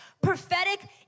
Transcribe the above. prophetic